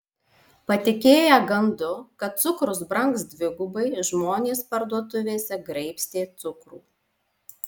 patikėję gandu kad cukrus brangs dvigubai žmonės parduotuvėse graibstė cukrų